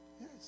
yes